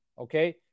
Okay